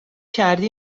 کردی